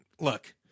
look